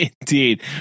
indeed